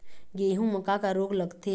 गेहूं म का का रोग लगथे?